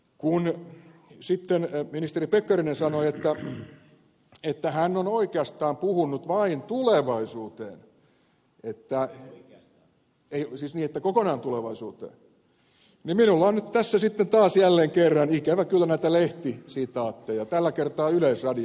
kun sitten ministeri pekkarinen sanoi että hän on oikeastaan puhunut vain tulevaisuuteen siis niin että kokonaan tulevaisuuteen niin minulla on nyt tässä sitten taas jälleen kerran ikävä kyllä näitä lehtisitaatteja tällä kertaa yleisradiosta